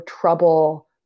trouble